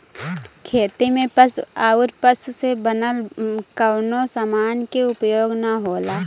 खेती में पशु आउर पशु से बनल कवनो समान के उपयोग ना होला